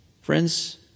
Friends